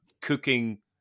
cooking